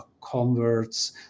converts